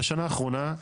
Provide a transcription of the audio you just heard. בשנה האחרונה,